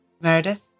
Meredith